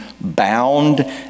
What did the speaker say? bound